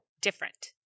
different